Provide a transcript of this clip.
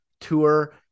Tour